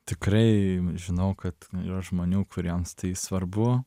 tikrai žinau kad žmonių kuriems tai svarbu